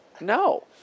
No